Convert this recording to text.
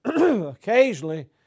Occasionally